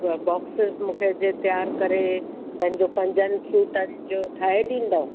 ब बॉक्सिस मूंखे जे तयार करे पंहिंजो पंजनि फ्रूटनि जो ठाहे ॾींदो